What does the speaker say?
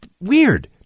weird